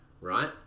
right